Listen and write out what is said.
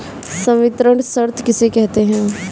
संवितरण शर्त किसे कहते हैं?